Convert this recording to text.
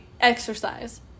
exercise